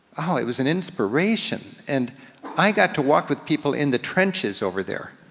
oh it was an inspiration. and i got to walk with people in the trenches over there.